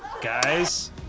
Guys